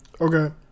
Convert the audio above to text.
Okay